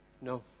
no